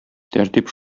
тәртип